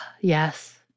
Yes